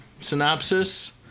synopsis